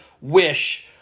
wish